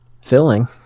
filling